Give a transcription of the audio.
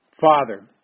Father